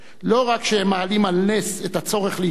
לא רק שהם מעלים על נס את הצורך להיפרד,